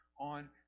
on